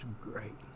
great